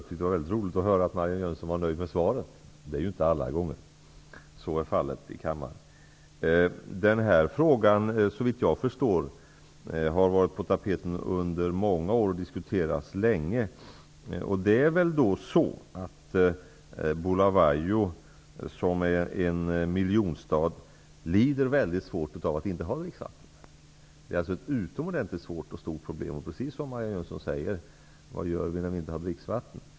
Det är också roligt att höra att Marianne Jönsson är nöjd med svaret. Så är inte fallet alla gånger i kammaren. Denna fråga har såvitt jag förstår varit på tapeten under många år och diskuterats länge. Bulawajo, som är en miljonstad, lider väldigt svårt av att inte ha dricksvatten. Det är ett utomordentligt stort problem. Det är precis som Marianne Jönsson säger: Vad gör man när man inte har dricksvatten?